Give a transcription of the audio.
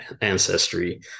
ancestry